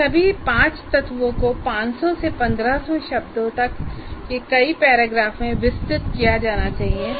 इन सभी 5 तत्वों को 500 से 1500 शब्दों तक के कई पैराग्राफों में विस्तृत किया जाना चाहिए